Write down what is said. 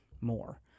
more